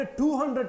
200